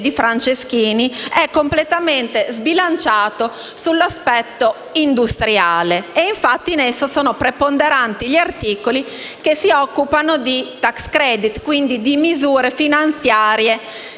Franceschini è completamente sbilanciato sull’aspetto industriale. E, infatti, in esso sono preponderanti gli articoli che si occupano di tax credit, di misure finanziarie